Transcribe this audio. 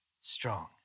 strong